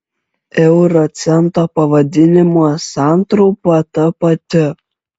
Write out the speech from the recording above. euro cento pavadinimo santrumpa ta pati